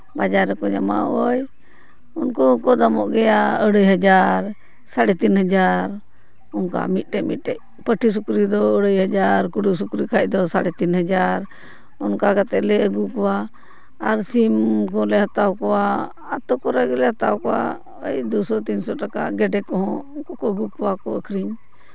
ᱵᱟᱡᱟᱨ ᱨᱮᱠᱚ ᱧᱟᱢᱚᱜᱼᱟ ᱳᱭ ᱩᱱᱠᱩ ᱠᱚ ᱫᱟᱢᱚᱜ ᱜᱮᱭᱟ ᱟᱹᱲᱟᱹᱭ ᱦᱟᱡᱟᱨ ᱥᱟᱲᱮ ᱛᱤᱱ ᱦᱟᱡᱟᱨ ᱚᱱᱠᱟ ᱢᱤᱫᱴᱮᱱ ᱢᱤᱫᱴᱮᱱ ᱯᱟᱹᱴᱷᱤ ᱥᱩᱠᱨᱤ ᱫᱚ ᱟᱹᱲᱟᱹᱭ ᱦᱟᱡᱟᱨ ᱠᱩᱰᱩ ᱥᱩᱠᱨᱤ ᱠᱷᱟᱱ ᱫᱚ ᱥᱟᱲᱮ ᱛᱤᱱ ᱦᱟᱡᱟᱨ ᱚᱱᱠᱟ ᱠᱟᱛᱮᱜ ᱞᱮ ᱟᱹᱜᱩ ᱠᱚᱣᱟ ᱟᱨ ᱥᱤᱢ ᱠᱚᱞᱮ ᱦᱟᱛᱟᱣ ᱠᱚᱣᱟ ᱟᱹᱛᱩ ᱠᱚᱨᱮ ᱜᱮᱞᱮ ᱦᱟᱛᱟᱣ ᱠᱚᱣᱟ ᱳᱭ ᱫᱩᱥᱚ ᱛᱤᱱᱥᱚ ᱴᱟᱠᱟ ᱜᱮᱰᱮ ᱠᱚᱦᱚᱸ ᱩᱱᱠᱩ ᱠᱚ ᱟᱹᱜᱩ ᱠᱚᱣᱟ ᱟᱹᱠᱷᱨᱤᱧ